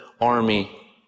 army